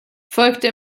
folgte